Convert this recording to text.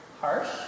harsh